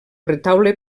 retaule